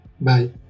bye